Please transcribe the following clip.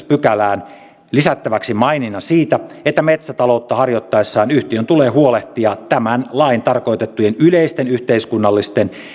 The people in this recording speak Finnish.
pykälään lisättäväksi maininnan siitä että metsätaloutta harjoittaessaan yhtiön tulee huolehtia tässä laissa tarkoitettujen yleisten yhteiskunnallisten